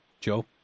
Joe